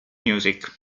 music